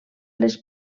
les